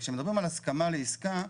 כשמדברים על הסכמה לעסקה,